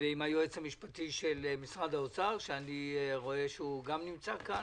ועם היועץ המשפטי של משרד האוצר שנמצא כאן.